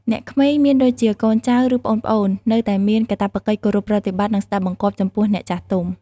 អ្នកក្មេង មានដូចជា កូនចៅ ឬ ប្អូនៗ នៅតែមាន កាតព្វកិច្ចគោរពប្រតិបត្តិ និងស្ដាប់បង្គាប់ ចំពោះអ្នកចាស់ទុំ។